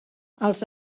els